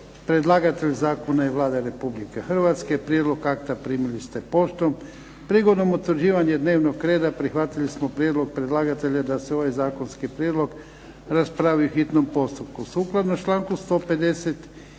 Predlagatelj Zakona je Vlada Republike Hrvatske. Prijedlog akta primili ste poštom. Prigodom utvrđivanja dnevnog reda prihvatili smo prijedlog predlagatelja da se ovaj zakonski prijedlog raspravi u hitnom postupku.